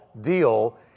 deal